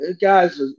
guys